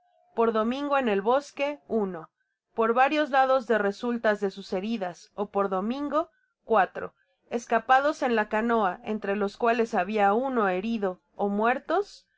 por domingo en el bosque i id por varios lados de resultas de sus heridas ó por domingo escapados en la canoa entre los cuales habia uno herido ó muertos